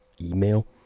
email